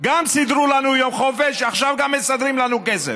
סידרו לנו יום חופש, ועכשיו גם מסדרים לנו כסף.